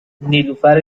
نیلوفر